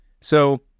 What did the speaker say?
So-